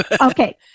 okay